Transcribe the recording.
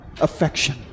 affection